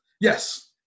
Yes